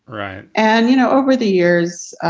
right. and, you know, over the years,